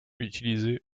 utilisé